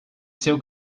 seu